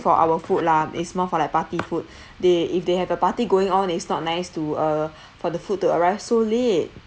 for our food lah is more for like party food they if they have a party going on it's not nice to uh for the food to arrive so late